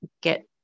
get